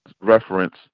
reference